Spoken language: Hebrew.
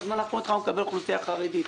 בזמן האחרון התחלנו לקבל אוכלוסייה חרדית.